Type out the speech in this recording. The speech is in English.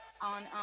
On